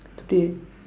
today